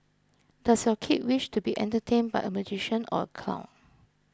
does your kid wish to be entertained by a magician or a clown